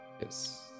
Yes